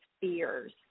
fears